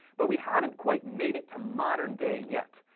but we haven't quite made it to modern day yet,